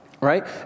right